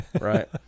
right